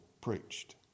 preached